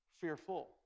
fearful